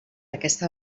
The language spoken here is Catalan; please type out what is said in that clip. aquesta